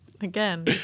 Again